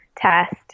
test